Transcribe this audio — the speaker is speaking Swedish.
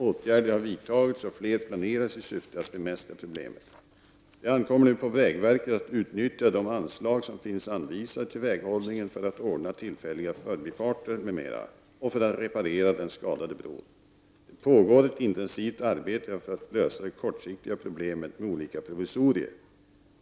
Åtgärder har vidtagits och fler planeras i syfte att bemästra problemet. Det ankommer på vägverket att utnyttja de anslag som finns anvisade till väghållningen för att ordna tillfälliga förbifarter m.m. och för att reparera den skadade bron. Det pågår ett intensivt arbete för att lösa de kortsiktiga problemen med olika provisorier.